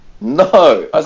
No